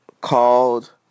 called